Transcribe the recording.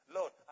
Lord